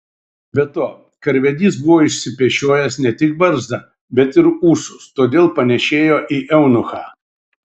be to karvedys buvo išsipešiojęs ne tik barzdą bet ir ūsus todėl panėšėjo į eunuchą